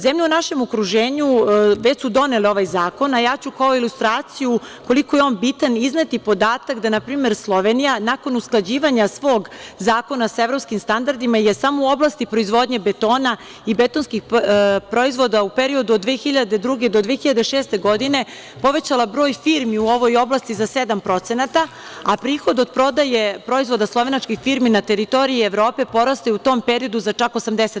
Zemlje u našem okruženju već su donele ovaj zakon, a ja ću kao ilustraciju, koliko je on bitan, izneti podatak da na primer Slovenija, nakon usklađivanja svog zakona sa evropskim standardima, je samo u oblasti proizvodnje betona i betonskih proizvoda u periodu od 2002. do 2006. godine povećala broj firmi u ovoj oblasti za 7%, a prihod od prodaje proizvoda slovenačkih firmi na teritoriji Evrope porastao je u tom periodu za čak 80%